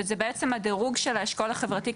וזה בעצם הדרוג של האשכול החברתי,